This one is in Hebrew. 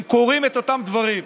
הם קוראים את אותם דברים,